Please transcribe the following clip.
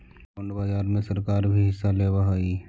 bond बाजार में सरकार भी हिस्सा लेवऽ हई